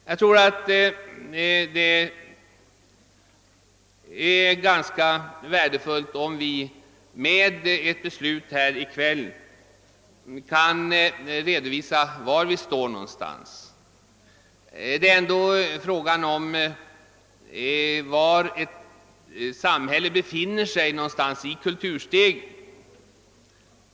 Jag tror att det är ganska värdefullt, om vi med ett beslut i kväll kan redovisa var vi står någonstans. Här gäller det frågan om var vårt samhälle befinner sig på kulturstegen.